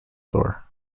sore